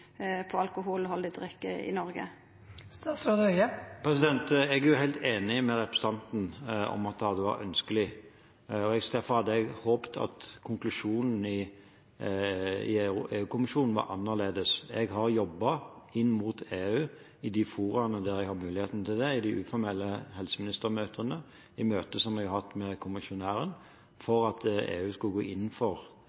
i Noreg? Jeg er helt enig med representanten i at det hadde vært ønskelig. Derfor hadde jeg håpet at konklusjonen i EU-kommisjonen var annerledes. Jeg har jobbet inn mot EU i de foraene der jeg har mulighet til det, i de uformelle helseministermøtene, og i møter jeg har hatt med